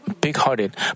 Big-hearted